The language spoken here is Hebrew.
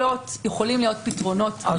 יכולים להיות פתרונות אחרים.